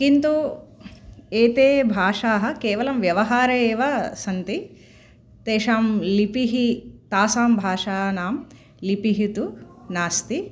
किन्तु एते भाषाः केवलं व्यवहारे एव सन्ति तेषां लिपिः तासां भाषानां लिपिः तु नास्ति